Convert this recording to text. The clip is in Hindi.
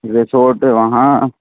रेसोर्ट वहाँ